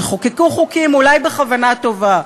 שחוקקו חוקים אולי בכוונה טובה: